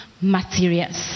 materials